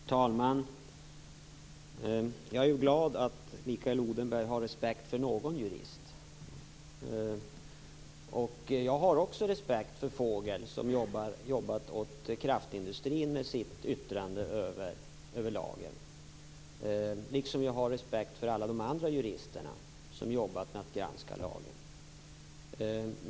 Fru talman! Jag är glad över att Mikael Odenberg har respekt för någon jurist. Jag har också respekt för Vogel som jobbat åt kraftindustrin med sitt yttrande över lagen, liksom jag har respekt för alla de andra juristerna som jobbat med att granska lagen.